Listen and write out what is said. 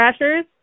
Crashers